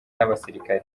n’abasirikare